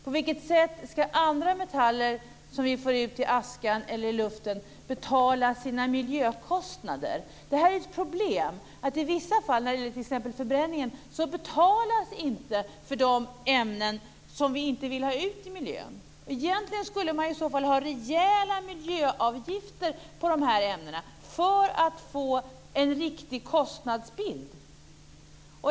På vilket sätt ska andra metaller som vi får ut i askan eller luften betala sina miljökostnader? Det här är ett problem. I vissa fall när det gäller t.ex. förbränningen så betalar man inte för de ämnen som vi inte vill ha ut i miljön. Egentligen skulle man ju i så fall ha rejäla miljöavgifter på dessa ämnen för att få en riktig kostnadsbild.